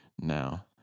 now